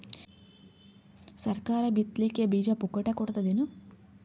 ಸರಕಾರ ಬಿತ್ ಲಿಕ್ಕೆ ಬೀಜ ಪುಕ್ಕಟೆ ಕೊಡತದೇನು?